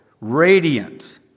Radiant